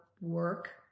work